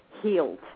healed